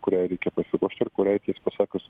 kuriai reikia pasiruošt ir kuriai tiesa pasakius